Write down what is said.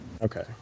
Okay